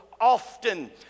often